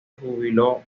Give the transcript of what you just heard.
júbilo